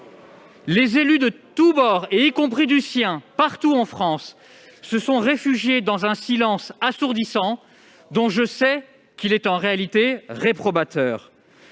Les élus de tous bords, y compris du sien, partout en France, se sont d'ailleurs réfugiés dans un silence assourdissant, dont je sais qu'il est en réalité réprobateur.